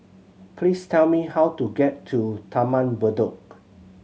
please tell me how to get to Taman Bedok